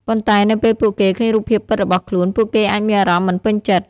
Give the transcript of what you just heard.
ប៉ុន្តែនៅពេលពួកគេឃើញរូបភាពពិតរបស់ខ្លួន ពួកគេអាចមានអារម្មណ៍មិនពេញចិត្ត។